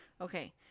Okay